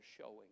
showing